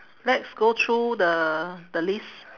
let's go through the the list